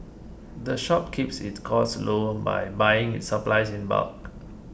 the shop keeps its costs low by buying its supplies in bulk